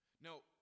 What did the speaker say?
No